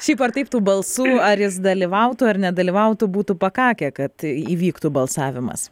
šiaip ar taip tų balsų ar jis dalyvautų ar nedalyvautų būtų pakakę kad įvyktų balsavimas